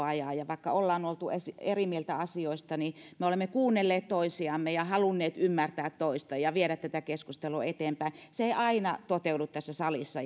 ajan vaikka olemme olleet eri mieltä asioista niin me olemme kuunnelleet toisiamme ja halunneet ymmärtää toista ja viedä tätä keskustelua eteenpäin se ei aina toteudu tässä salissa